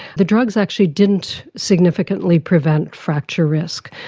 the drugs actually didn't significantly prevent fracture risk.